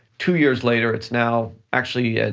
two years later, it's now actually,